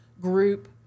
group